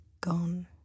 gone